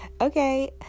Okay